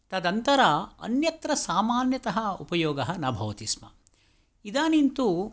तदन्तरा अन्यत्र सामान्यतः उपयोगः न भवति स्म इदानिं तु